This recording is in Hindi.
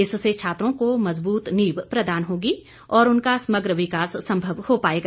इससे छात्रों को मजबूत नींव प्रदान होगी और उनका समग्र विकास संभव हो पाएगा